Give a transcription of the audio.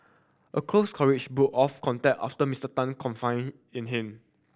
a close colleague broke off contact after Mister Tan confided in him